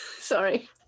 Sorry